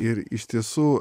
ir iš tiesų